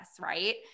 right